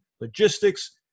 logistics